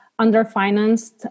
underfinanced